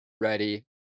ready